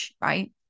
right